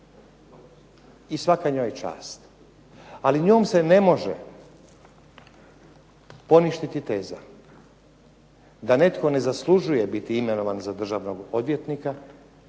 i svaka njoj čast, ali njom se ne može poništiti teza da netko ne zaslužuje biti imenovan za državnog odvjetnika